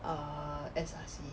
uh S_R_C